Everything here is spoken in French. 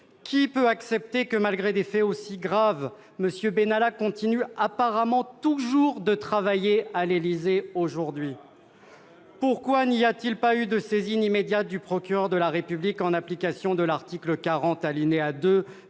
Qui peut accepter que, malgré des faits aussi graves, M. Benalla continue apparemment de travailler à l'Élysée ? Bonne question ! Pourquoi n'y a-t-il pas eu de saisine immédiate du procureur de la République, en application de l'article 40, alinéa 2,